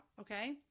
okay